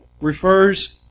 refers